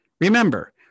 Remember